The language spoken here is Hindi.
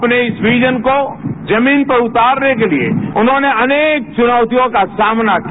अपने इस विजन को जमीन पर उतारने के लिए उन्होंने अनेकच्नौतियों का सामना किया